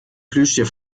plüschtier